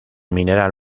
mineral